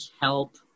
Help